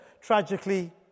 tragically